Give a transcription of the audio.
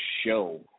show